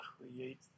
create